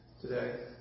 today